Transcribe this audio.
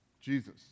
Jesus